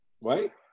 Right